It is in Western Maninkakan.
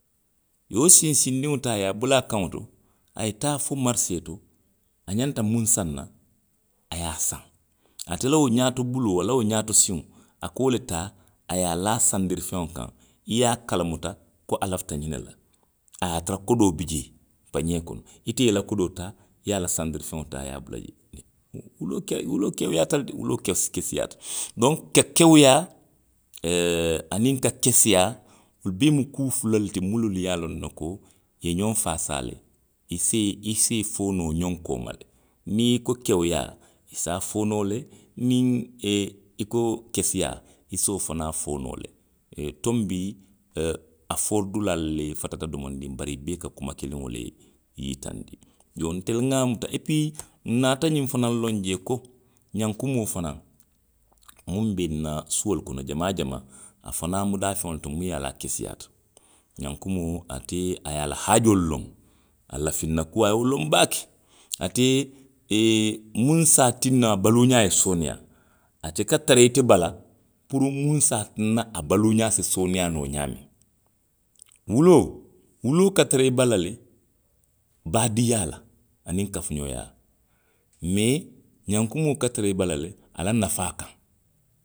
I ye wo sinsindiŋo taa i ye a bula a kaŋo to, a ye taa fo marisee to. a ňanta muŋ saŋ na, a ye a saŋ. Ate la wo ňaato buloo, a la wo ňaato siŋo. a ka wo le taa a ye a laa sandiri feŋo kaŋ, i ye a kalamuta ko a lafita ňiŋ ne la, a ye a tara kodoo bi jee, paňee kono. Ite ye i la kodoo taa, i ye a la sandiri feŋo taa i ye a bula jee. Wuloo, wuloo kewuyaata le de, wuloo, kesi, keseyaata de. Donku ka kewuyaa, aniŋ ka kesiyaa. wolu bee mu kuu fuloolu le ti minnu ye a loŋ ne ko i ye ňoŋ faasaa le. I se i, i se i fo noo xoŋ kooma le. Niŋ i ko kewuyaa. i se a fo noo le, niŋ. i ko kesiyaa. i se wo fanaŋ fo noo le., tonbii, a fo dulaalu le fata domondiŋ bari i bee ka kuma kiliŋo le yitandi. Iyoo ntelu nŋa muta, epii. n naata ňiŋ fanaŋ loŋ jee ko ňankumoo fanaŋ. muŋ be nna suolu kono jamaa jamaa. a fanaŋ mu daafeŋo le ti muŋ ye a loŋ ko a keseyaata. ňankumoo, ate, a ye a la haajoo le loŋ, a lafinna kuo, a ye wo loŋ baake. Ate, munnu se a tinna a baluuňaa ye soneyaa. ate ka tara ite bala puru muŋ se a tinna a baluuňaa se soneyaa noo ňaamiŋ. Wuloo. wuloo ka tara i bala le, baadinyaa la, aniŋ kafuňooyaa, mee ňankumoo ka tara i bala le, a la nafaa kaŋ.